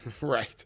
Right